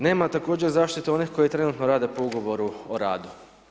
Nema također zaštite onih koji trenutno rade po ugovoru o radu.